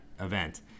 event